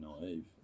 naive